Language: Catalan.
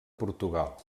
portugal